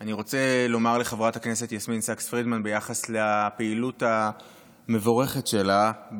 אני רוצה לומר לחברת הכנסת יסמין סאקס פרידמן ביחס לפעילות המבורכת שלה,